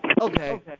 Okay